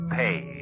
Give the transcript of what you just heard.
pay